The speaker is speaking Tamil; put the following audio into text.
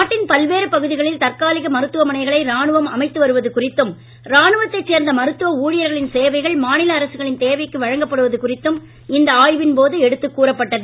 நாட்டின் பல்வேறு பகுதிகளில் தற்காலிக மருத்துவமனைகளை ராணுவம் அமைத்து வருவது குறித்தும் ராணுவத்தை சேர்ந்த மருத்துவ ஊழியர்களின் சேவைகள் மாநில அரசுகளின் தேவைக்கு வழங்கப்படுவது குறித்தும் இந்த ஆய்வின் போது எடுத்து கூறப்பட்டது